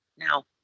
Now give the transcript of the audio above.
Now